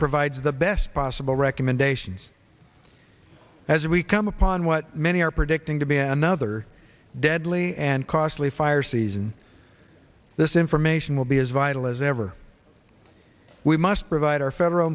provides the best possible recommendations as we come upon what many are predicting to be another deadly and costly fire season this information will be as vital as ever we must provide our federal